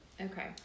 Okay